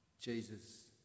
Jesus